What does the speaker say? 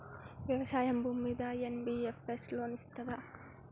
వ్యవసాయం భూమ్మీద NBFS loan ఇస్తదా?